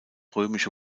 römische